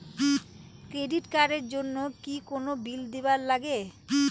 Credit card এর জন্যে কি কোনো বিল দিবার লাগে?